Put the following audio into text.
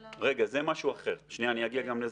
רגע, זה משהו אחר, אני אגיע גם לזה.